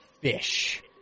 fish